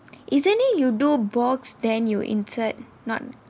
isn't it you do box then you insert not